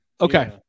okay